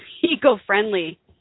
eco-friendly